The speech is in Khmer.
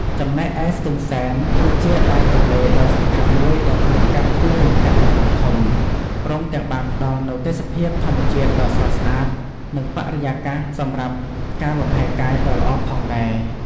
ចំណែកឯស្ទឹងសែន គឺជាដៃទន្លេដ៏សំខាន់មួយដែលហូរកាត់ទីរួមខេត្តកំពង់ធំ ព្រមទាំងបានផ្តល់នូវទេសភាពធម្មជាតិស្រស់ស្អាតនិងបរិយាកាសសម្រាប់ការលម្ហែកាយដ៏ល្អផងដែរ។